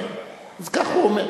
אז כך הוא אומר.